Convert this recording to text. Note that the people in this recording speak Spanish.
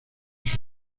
sus